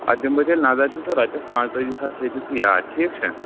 پتہٕ دمہٕ بہٕ تیٚلہِ نظر تہِ تہٕ رۄپیس پانٛژتٲجی ساس تھٲے زِ ژٕ یاد ٹھیٖک چھےٚ